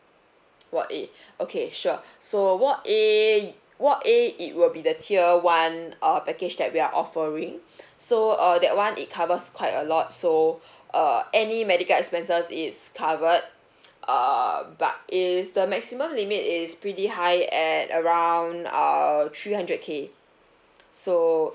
ward A okay sure so ward A ward A it will be the tier [one] uh package that we are offering so err that [one] it covers quite a lot so err any medical expenses is covered err but is the maximum limit is pretty high at around err three hundred K so